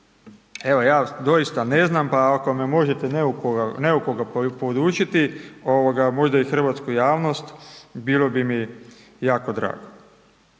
Evo, ja doista ne znam pa ako me možete neukoga podučiti ovoga možda i hrvatsku javnost bilo bi mi jako drago.